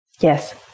Yes